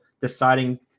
deciding